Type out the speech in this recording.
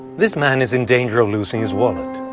this man is in danger of losing his wallet.